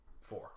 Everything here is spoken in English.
Four